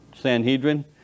Sanhedrin